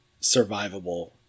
survivable